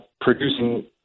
producing